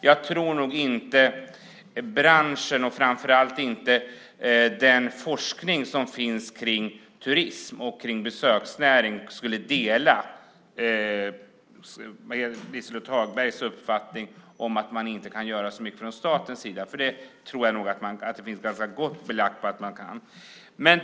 Jag tror nog inte att branschen och framför allt inte den forskning som finns kring turismen och besöksnäringen skulle dela Liselott Hagbergs uppfattning att man från statens sida inte kan göra så mycket. Jag tror att det är ganska gott belagt att man kan det.